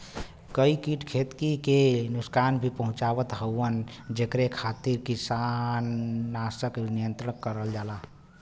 कई कीट खेती के नुकसान भी पहुंचावत हउवन जेकरे खातिर कीटनाशक नियंत्रण करल जाला